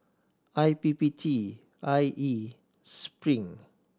I P P T I E Spring